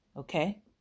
Okay